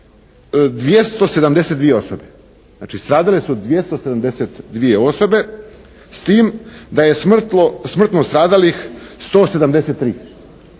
272 osobe. Znači stradale su 272 osobe s tim da je smrtno stradalih 173.